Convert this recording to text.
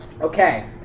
Okay